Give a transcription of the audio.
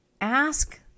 Ask